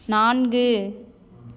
நான்கு